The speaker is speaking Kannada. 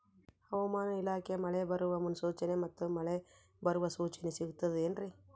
ಹವಮಾನ ಇಲಾಖೆ ಮಳೆ ಬರುವ ಮುನ್ಸೂಚನೆ ಮತ್ತು ಮಳೆ ಬರುವ ಸೂಚನೆ ಸಿಗುತ್ತದೆ ಏನ್ರಿ?